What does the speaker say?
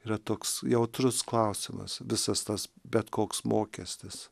yra toks jautrus klausimas visas tas bet koks mokestis